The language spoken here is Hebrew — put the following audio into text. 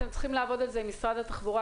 אתם צריכים לעבוד על זה עם משרד התחבורה,